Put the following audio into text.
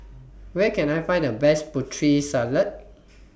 Where Can I Find The Best Putri Salad